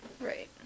Right